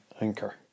Anchor